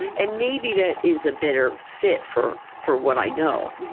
and maybe that is a better fit for for what i know,